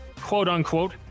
quote-unquote